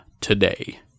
today